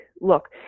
look